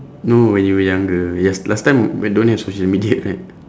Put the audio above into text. no when you younger yes last time when don't have social media right